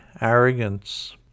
arrogance